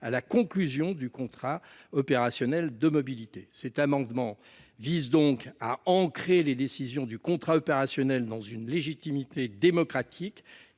à la conclusion du contrat opérationnel de mobilité Cet amendement vise donc à ancrer les décisions du contrat opérationnel dans une légitimité démocratique